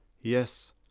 Yes